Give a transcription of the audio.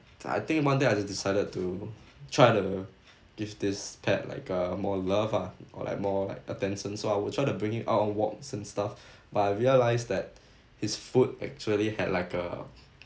I think one day I just decided to try to give this pet like uh more love ah or like more like attention so I will try to bring it out on walks and stuff but I realize that his foot actually had like a